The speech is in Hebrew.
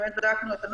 באמת בדקנו את הנוסח,